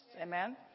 Amen